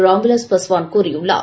ராம் விலாஸ் பாஸ்வான் கூறியுள்ளார்